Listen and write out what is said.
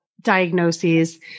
diagnoses